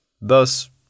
Thus